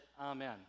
amen